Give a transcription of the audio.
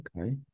Okay